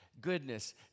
goodness